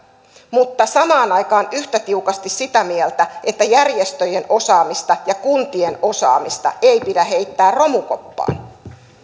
mutta samaan aikaan yhtä tiukasti sitä mieltä että järjestöjen osaamista ja kuntien osaamista ei pidä heittää romukoppaan